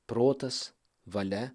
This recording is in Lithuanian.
protas valia